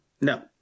No